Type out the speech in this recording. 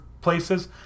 places